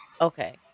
Okay